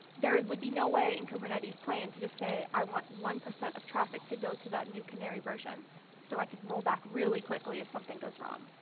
there would be no way in kubernetes plain to just say, i want one percent of traffic to go to that new canary version so i could roll back really quickly if something goes wrong.